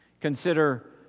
Consider